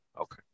okay